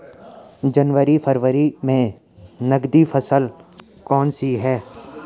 जनवरी फरवरी में नकदी फसल कौनसी है?